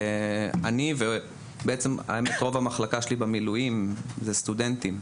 אני ורוב המחלקה שלי במילואים הם סטודנטים.